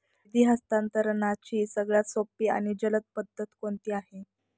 निधी हस्तांतरणाची सगळ्यात सोपी आणि जलद पद्धत कोणती आहे?